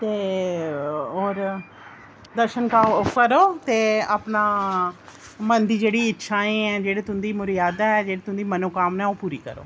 ते होर दर्शन करो ते अपने मन दी जेह्ड़ी इच्छाएं मन दी जेह्ड़ी मुरादें न उं'दी मनोकामना ओह् पूरी करो